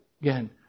Again